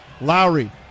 Lowry